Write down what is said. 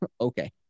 okay